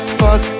fuck